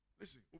Listen